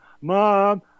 Mom